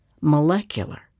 molecular